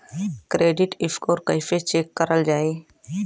Credit score कइसे check करल जायी?